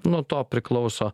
nuo to priklauso